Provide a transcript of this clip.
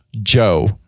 joe